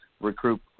recruit